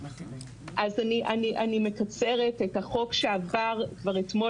אז אני מקצרת את החוק שעבר כבר אתמול